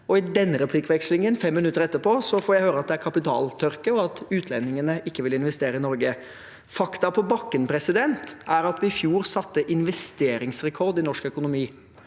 i denne replikkvekslingen, fem minutter etterpå, får jeg høre at det er kapitaltørke, og at utlendingene ikke vil investere i Norge. Fakta på bakken er at vi i fjor satte investeringsrekord i norsk økonomi.